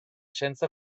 senza